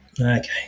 okay